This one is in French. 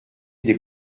des